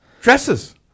Dresses